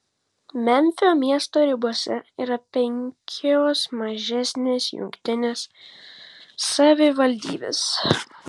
memfio miesto ribose yra penkios mažesnės jungtinės savivaldybės